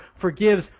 forgives